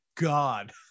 God